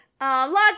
Lots